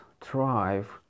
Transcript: thrive